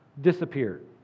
disappeared